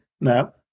No